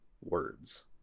words